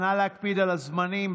נא להקפיד על הזמנים.